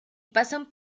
pasan